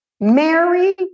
Mary